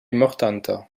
mortanta